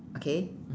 okay